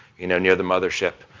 you know, near the mother ship.